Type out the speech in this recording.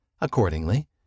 Accordingly